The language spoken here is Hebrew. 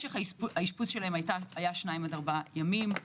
משך האשפוז שלהם היה 2 עד 4 ימים.